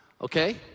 Okay